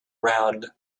round